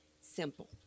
Simple